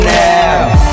now